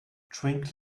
drink